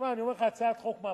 אני אומר לך, הצעת חוק מהפכנית,